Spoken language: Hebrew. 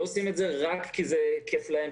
הם לא עושים את זה רק כי זה כיף להם,